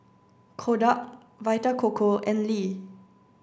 Kodak Vita Coco and Lee